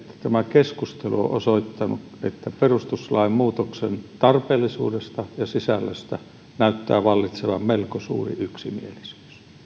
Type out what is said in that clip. tämä keskustelu on on osoittanut että perustuslain muutoksen tarpeellisuudesta ja sisällöstä näyttää vallitsevan melko suuri yksimielisyys